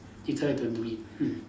you still have to do it mm